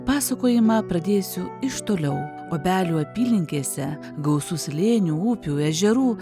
pasakojimą pradėsiu iš toliau obelių apylinkėse gausu slėnių upių ežerų